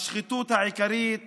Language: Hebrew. השחיתות העיקרית